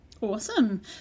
Awesome